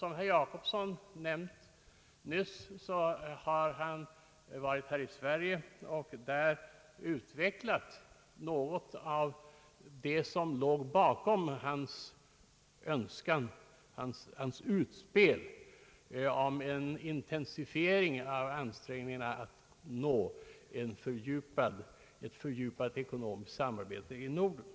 Som herr Jacobsson nyss nämnt, har Baunsgaard vid ett besök i Sverige utvecklat något av det som låg bakom hans utspel om intensifierade ansträngningar för ati nå ett fördjupat ekonomiskt samarbete i Norden.